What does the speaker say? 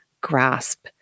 grasp